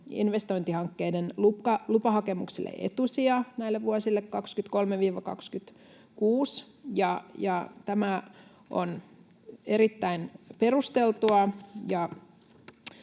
investointihankkeiden lupahakemuksille etusija näille vuosille 23–26, ja tämä on erittäin perusteltua.